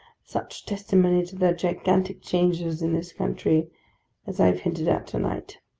such testimony to the gigantic changes in this country as i have hinted at to-night.